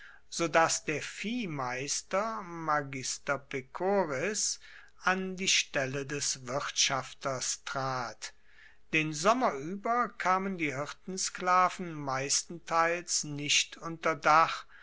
dass der viehmeister magister pecoris an die stelle des wirtschafters trat den sommer ueber kamen die hirtensklaven meistenteils nicht unter dach